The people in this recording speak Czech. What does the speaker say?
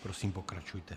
Prosím, pokračujte.